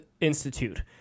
Institute